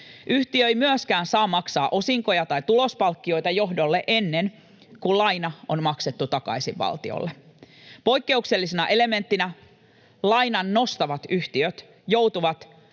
Yhtiö ei myöskään saa maksaa osinkoja tai tulospalkkioita johdolle ennen kuin laina on maksettu takaisin valtiolle. Poikkeuksellisena elementtinä lainan nostavat yhtiöt joutuvat